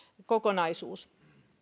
kokonaisuus